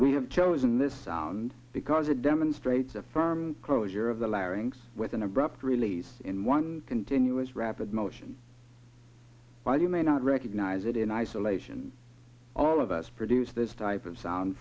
we have chosen this sound because it demonstrates a firm closure of the larynx with an abrupt release in one continuous rapid motion while you may not recognize it in isolation all of us produce this type of sound